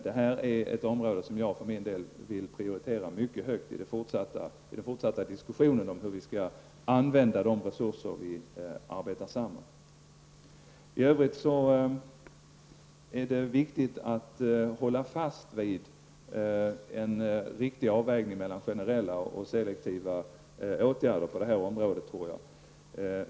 Detta är ett område som jag för min del vill prioritera mycket högt i den fortsatta diskussionen om hur vi skall använda de resurser vi arbetar samman. I övrigt är det viktigt att hålla fast vid en riktig avvägning mellan generella och selektiva åtgärder på det här området.